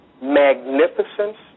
magnificence